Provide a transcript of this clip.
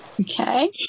Okay